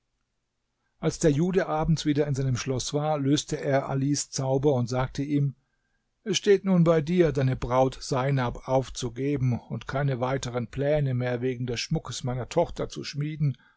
als der jude abends wieder in seinem schloß war löste er alis zauber und sagte ihm es steht nun bei dir deine braut seinab aufzugeben und keine weiteren pläne mehr wegen des schmuckes meiner tochter zu schmieden